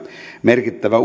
merkittävä